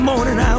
morning